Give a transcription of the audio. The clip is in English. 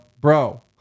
bro